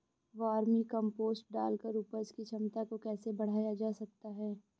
Vermi compost डालकर उपज की क्षमता को कैसे बढ़ाया जा सकता है?